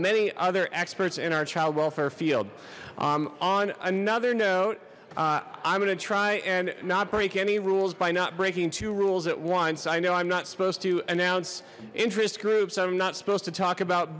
many other experts in our child welfare field on another note i'm going to try and not break any rules by not breaking two rules at once i know i'm not supposed to announce interest groups i'm not supposed to talk about